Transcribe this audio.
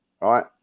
right